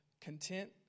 content